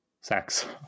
sex